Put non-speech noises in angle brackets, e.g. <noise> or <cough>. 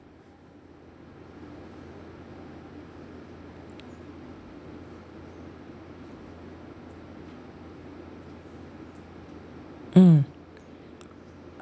mm <noise>